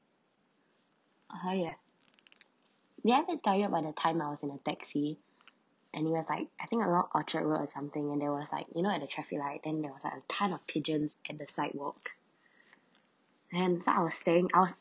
!huh! ya remember the time by the time I was in a taxi and it was like I think around orchard road or something and there was like you know at the traffic light then there was like a ton of pigeons at the sidewalk hence I was staying out